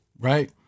Right